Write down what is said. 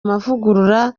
mavugurura